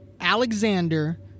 Alexander